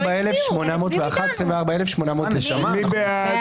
24,801 עד 24,820. מי בעד?